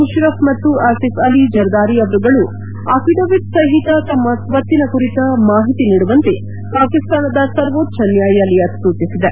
ಮುಷರ್ಫ್ ಮತ್ತು ಅಸಿಫ್ ಅಲಿ ಜರ್ದಾರಿ ಅವರುಗಳು ಅಫಿಡವಿಟ್ ಸಹಿತ ತಮ್ಮ ಸ್ವತ್ತಿನ ಕುರಿತ ಮಾಹಿತಿ ನೀಡುವಂತೆ ಪಾಕಿಸ್ತಾನದ ಸರ್ವೋಚ್ನ ನ್ನಾಯಾಲಯ ಸೂಚಿಸಿದೆ